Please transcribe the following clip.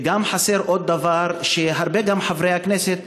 וגם חסר עוד דבר, הרבה חברי הכנסת